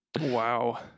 Wow